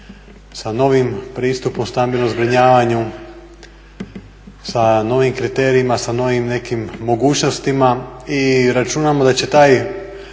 sa novim pristupom stambenom zbrinjavanju, sa novim kriterijima, sa novim nekim mogućnostima i računamo da će taj